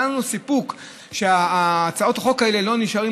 היה לנו סיפוק שהצעות החוק האלה לא נשארות